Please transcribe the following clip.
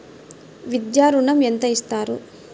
విద్యా ఋణం ఎంత ఇస్తారు?